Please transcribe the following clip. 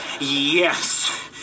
yes